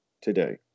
today